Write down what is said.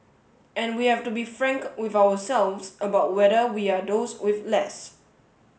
and we have to be frank with ourselves about whether we are those with less